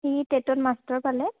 সি টেটত মাষ্টৰ পালে